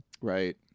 Right